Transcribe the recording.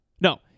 no